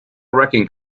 wrecking